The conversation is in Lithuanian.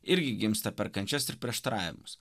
irgi gimsta per kančias ir prieštaravimus